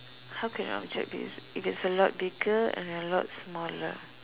how can an object be if it's a lot bigger and a lot smaller